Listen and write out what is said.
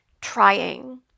trying